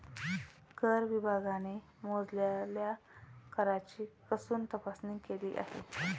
कर विभागाने मोजलेल्या कराची कसून तपासणी केली आहे